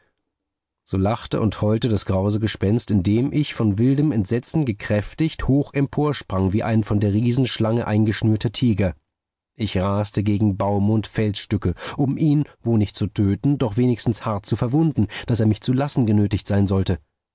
so lachte und heulte das grause gespenst indem ich von wildem entsetzen gekräftigt hoch emporsprang wie ein von der riesenschlange eingeschnürter tiger ich raste gegen baumund felsstücke um ihn wo nicht zu töten doch wenigstens hart zu verwunden daß er mich zu lassen genötigt sein sollte